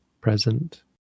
present